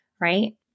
right